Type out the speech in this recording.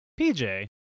PJ